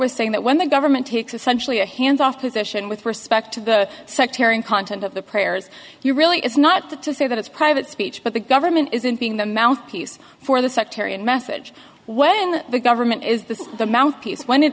was saying that when the government takes essentially a hands off position with respect to the sectarian content of the prayers you really is not to say that it's private speech but the government isn't being the mouthpiece for the sectarian message when the government is the the